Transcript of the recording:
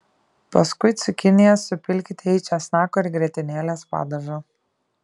paskui cukinijas supilkite į česnako ir grietinėlės padažą